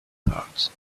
heart